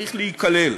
צריך להיכלל,